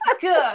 Good